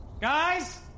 Guys